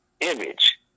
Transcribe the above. image